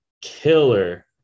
killer